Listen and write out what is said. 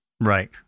right